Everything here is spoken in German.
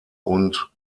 und